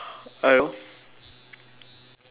hello